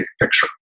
picture